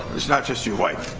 it's not just your wife